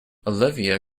olivia